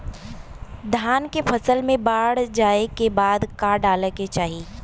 धान के फ़सल मे बाढ़ जाऐं के बाद का डाले के चाही?